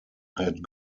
had